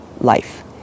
life